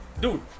Dude